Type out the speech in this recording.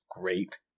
great